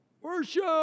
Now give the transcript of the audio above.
Worship